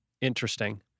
Interesting